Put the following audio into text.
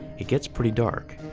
it gets pretty dark.